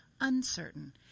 uncertain